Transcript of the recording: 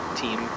team